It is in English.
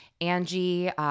Angie